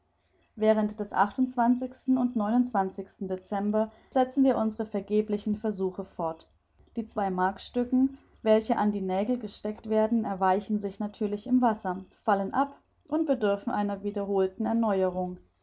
während des und dezember setzen wir unsere vergeblichen versuche fort die zweimarkstücken welche an die nägel gesteckt werden erweichen sich natürlich im wasser fallen ab und bedürfen einer wiederholten erneuerung